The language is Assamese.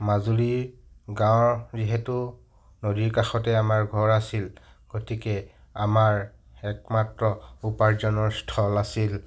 মাজুলীৰ গাঁৱৰ যিহেতু নদীৰ কাষতে আমাৰ ঘৰ আছিল গতিকে আমাৰ একমাত্ৰ উপাৰ্জনৰ স্থল আছিল